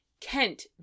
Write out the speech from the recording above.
Kent